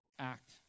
Act